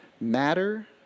matter